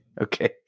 Okay